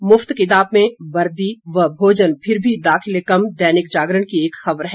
मुफत किताबें वर्दी व भोजन फिर भी दाखिले कम दैनिक जागरण की एक खबर है